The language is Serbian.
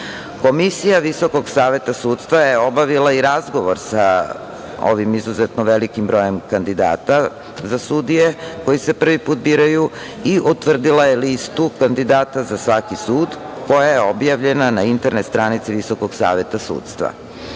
sudijama. Komisija Visokog Saveta sudstva je obavila i razgovor sa ovim izuzetno velikim brojem kandidata za sudije koji se prvi put biraju i utvrdila je listu kandidata za svaki sud, koja je objavljena na internet stranici Visokog Saveta